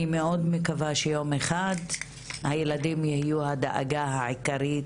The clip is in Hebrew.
אני מאוד מקווה שיום אחד הילדים יהיו הדאגה העיקרית,